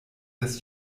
des